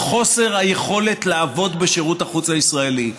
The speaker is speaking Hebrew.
חוסר היכולת לעבוד בשירות החוץ הישראלי.